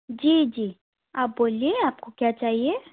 जी जी आप बोलिए आपको क्या चाहिए